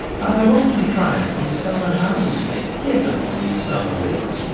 i have often tried to discover how the snakes get upon these summer ricks.